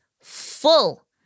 full